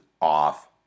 off